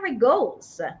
goals